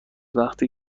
وقتی